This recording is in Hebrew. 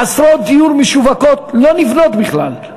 עשרות יחידות דיור משווקות לא נבנות בכלל,